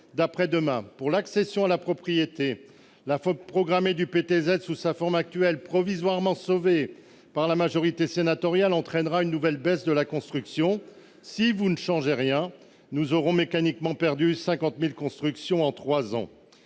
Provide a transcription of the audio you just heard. Pour ce qui concerne l'accession à la propriété, la fin programmée du prêt à taux zéro (PTZ) sous sa forme actuelle, provisoirement sauvé par la majorité sénatoriale, entraînera une nouvelle baisse de la construction. Si vous ne changez rien, nous aurons mécaniquement perdu 50 000 constructions en trois ans.